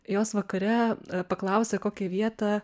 jos vakare paklausė kokią vietą